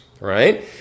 Right